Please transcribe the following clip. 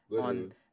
on